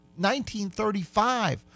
1935